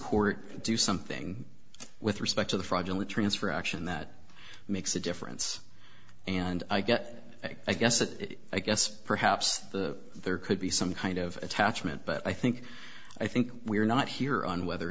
court do something with respect to the fraudulent transfer action that makes a difference and i get i guess it i guess perhaps there could be some kind of attachment but i think i think we're not here on whether or